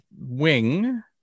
wing